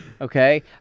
Okay